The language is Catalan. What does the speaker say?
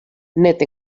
net